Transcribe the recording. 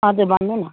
हजुर भन्नु न